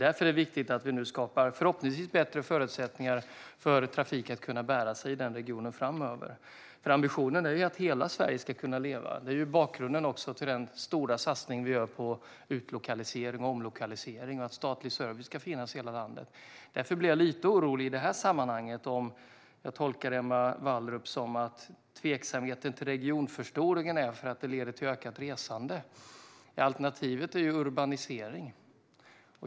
Därför är det viktigt att vi nu förhoppningsvis skapar bättre förutsättningar för trafik att kunna bära sig i den regionen framöver. Ambitionen är att hela Sverige ska kunna leva. Det är också bakgrunden till den stora satsning som vi gör på utlokalisering och omlokalisering och på att statlig service ska finnas i hela landet. Därför blir jag lite orolig i detta sammanhang. Jag tolkar Emma Wallrup som att tveksamheten till regionförstoring beror på att den leder till ökat resande, men alternativet är urbanisering.